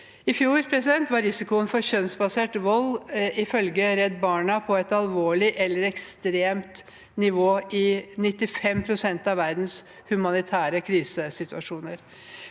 I fjor var risikoen for kjønnsbasert vold ifølge Redd Barna på et alvorlig eller ekstremt nivå i 95 pst. av verdens humanitære krisesituasjoner.